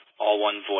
allonevoice